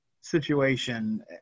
situation